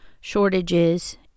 shortages